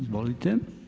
Izvolite.